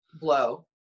blow